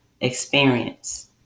Experience